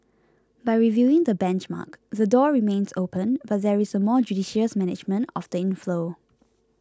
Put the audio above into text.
by reviewing the benchmark the door remains open but there is a more judicious management of the inflow